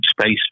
space